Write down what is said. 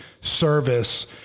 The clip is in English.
service